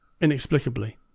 inexplicably